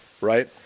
right